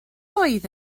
oedd